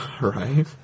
right